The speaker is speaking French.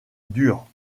durs